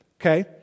Okay